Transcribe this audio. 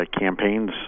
campaigns